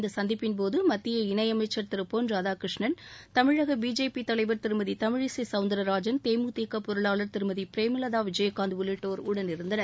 இந்த சந்திப்பின் போது மத்திய இணையமைச்சர் திரு பொன் ராதாகிருஷ்ணன் தமிழக பிஜேபி தலைவர் திருமதி தமிழிசை சவுந்தரராஜன் தேமுதிக பொருளாளர் திருமதி பிரேமலதா விஜயகாந்த் உள்ளிட்டோர் உடனிருந்தனர்